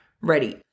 ready